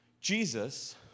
Jesus